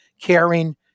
caring